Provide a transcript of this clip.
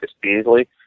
Beasley